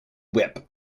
whip